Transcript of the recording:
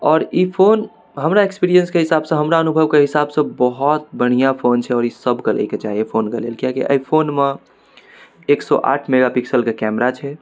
आओर ई फोन हमरा एक्सपीरिएन्सके हिसाबसँ हमरा अनुभवके हिसाबसँ बहुत बढ़िआँ फोन छै ई सभके लैके चाही फोनके लेल किएकि एहि फोनमे एक सओ आठ मेगा पिक्सलके कैमरा छै